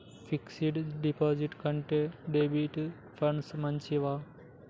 Fix డ్ డిపాజిట్ల కంటే డెబిట్ ఫండ్స్ మంచివా?